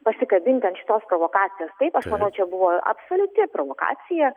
pasikabinti ant šitos provokacijos taip aš manau čia buvo absoliuti provokacija